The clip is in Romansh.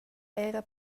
era